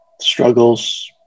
struggles